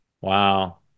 Wow